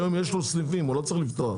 היום יש לו סניפים הוא לא צריך לפתוח,